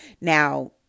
Now